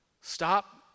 Stop